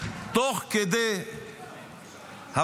תוך כדי הבחירות,